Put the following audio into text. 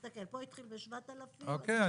אוקיי,